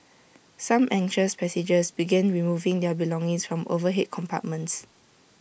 some anxious passengers began removing their belongings from the overhead compartments